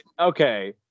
okay